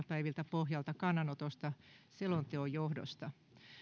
pohjalta kannanotosta selonteon johdosta